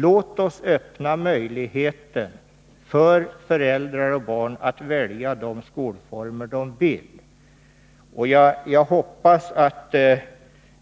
Låt oss öppna möjligheten för föräldrar och barn att välja de skolformer de vill. Jag hoppas verkligen att